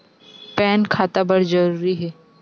Pan खाता बर जरूरी हे?